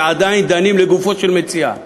ועדיין דנים לגופו של המציע.